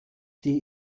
die